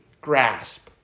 grasp